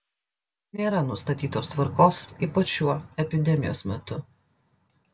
nėra nustatytos tvarkos ypač šiuo epidemijos metu